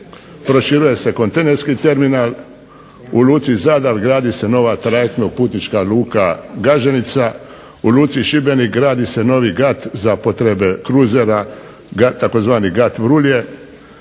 proširuje se kontejnerski terminal, u luci Zadar gradi se nova trajektno-putnička luka Gaženica, u luci Šibenik gradi se novi gat za potrebe kruzera tzv. gat Vrulje,